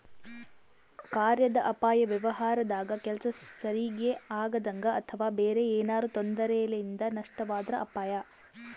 ಕಾರ್ಯಾದ ಅಪಾಯ ವ್ಯವಹಾರದಾಗ ಕೆಲ್ಸ ಸರಿಗಿ ಆಗದಂಗ ಅಥವಾ ಬೇರೆ ಏನಾರಾ ತೊಂದರೆಲಿಂದ ನಷ್ಟವಾದ್ರ ಅಪಾಯ